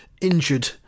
injured